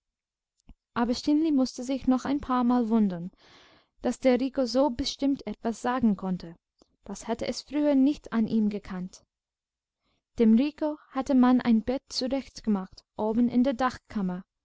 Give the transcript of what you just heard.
aber stineli mußte sich noch ein paarmal wundern daß der rico so bestimmt etwas sagen konnte das hatte es früher nicht an ihm gekannt dem rico hatte man ein bett zurecht gemacht oben in der